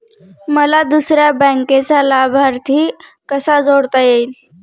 मला दुसऱ्या बँकेचा लाभार्थी कसा जोडता येईल?